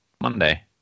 Monday